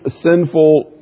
sinful